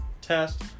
Test